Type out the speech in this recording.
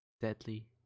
Deadly